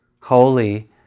Holy